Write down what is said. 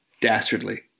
Dastardly